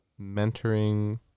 Mentoring